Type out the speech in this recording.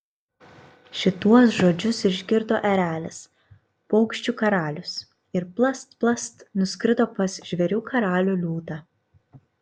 šituos žodžius išgirdo erelis paukščių karalius ir plast plast nuskrido pas žvėrių karalių liūtą